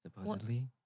Supposedly